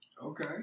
Okay